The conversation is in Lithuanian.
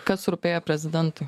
kas rūpėjo prezidentui